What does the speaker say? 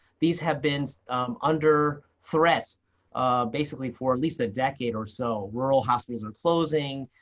these have been under threats basically for at least a decade or so. rural hospitals are closing.